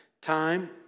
time